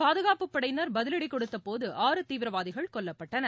பாதுகாப்புப் படையினர் பதிவடி கொடுத்த போது ஆறு தீவிரவாதிகள் கொல்லப்பட்டனர்